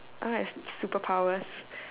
I want like superpowers